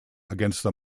against